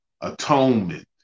atonement